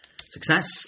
Success